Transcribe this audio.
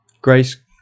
Grace